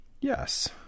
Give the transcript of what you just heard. yes